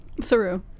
Saru